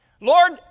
Lord